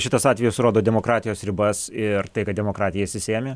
šitas atvejis rodo demokratijos ribas ir tai kad demokratija išsisėmė